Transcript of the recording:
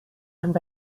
and